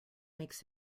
makes